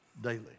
daily